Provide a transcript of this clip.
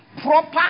proper